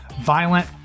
Violent